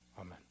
amen